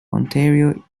ontario